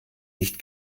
nicht